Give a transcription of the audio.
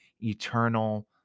eternal